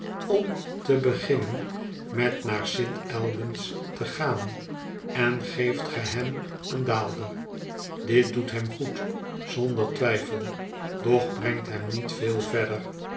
om te beginnen met naar st albans te gaan en geeft ge hem een daalder dit doet hem goed zonder twijfel doch brengt hem niet veel verder